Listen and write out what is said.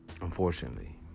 Unfortunately